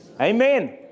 Amen